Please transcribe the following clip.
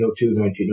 1902